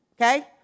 okay